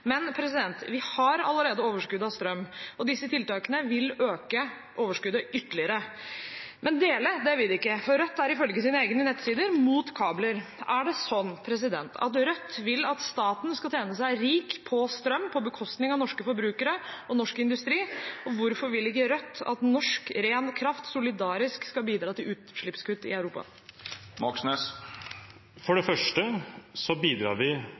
men dele vil de ikke, og Rødt er ifølge sine egne nettsider imot kabler. Er det sånn at Rødt vil at staten skal tjene seg rik på strøm på bekostning av norske forbrukere og norsk industri? Og hvorfor vil ikke Rødt at norsk ren kraft solidarisk skal bidra til utslippskutt i Europa? For det første bidrar vi